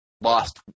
lost